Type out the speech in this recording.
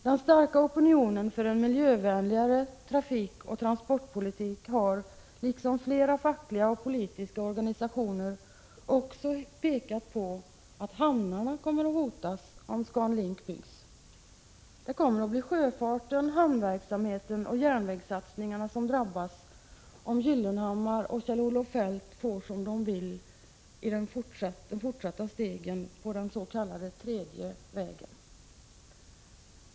Den starka opinionen för en miljövänligare trafikoch transportpolitik har, liksom flera fackliga och politiska organisationer, också pekat på att hamnarna hotas om ScanLink byggs. Det kommer att bli sjöfarten, hamnverksamheten och järnvägssatsningarna som drabbas om Pehr Gyllenhammar och Kjell-Olof Feldt får som de vill i de fortsatta stegen på den s.k. tredje vägen.